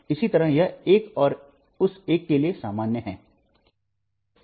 इसी तरह यह एक और उस एक के लिए सामान्य है